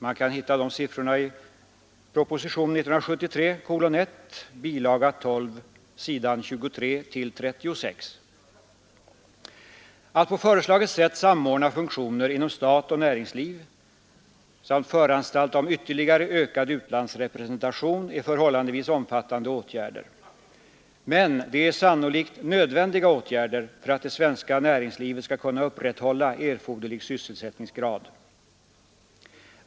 Man kan hitta de siffrorna i propositionen 1 år 1973 bil. 12 s. 23—36. Att på föreslaget sätt samordna funktioner inom stat och näringsliv samt föranstalta om ytterligare ökad utlandsrepresentation är förhållandevis omfattande åtgärder, men det är sannolikt nödvändiga åtgärder för att det svenska näringslivet skall kunna upprätthålla erforderlig sysselsättningsgrad.